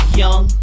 young